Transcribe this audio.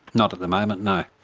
not at the moment, no.